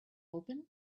open